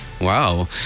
Wow